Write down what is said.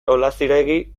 olaziregi